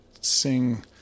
sing